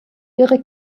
ihre